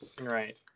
Right